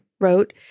wrote